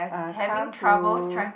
uh come to